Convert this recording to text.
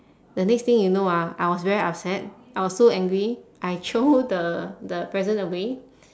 the next thing you know ah I was very upset I was so angry I throw the the present away